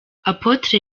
apotre